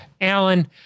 Alan